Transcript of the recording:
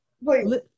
wait